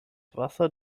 wasser